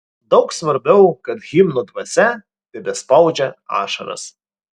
daug svarbiau kad himno dvasia tebespaudžia ašaras